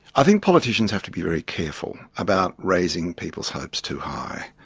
i think politicians have to be very careful about raising people's hopes too high.